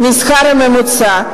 מהשכר הממוצע.